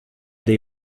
they